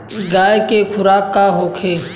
गाय के खुराक का होखे?